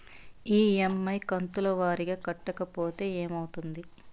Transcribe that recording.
EMI కంతుల వారీగా కట్టకపోతే ఏమవుతుంది?